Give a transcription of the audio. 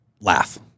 laugh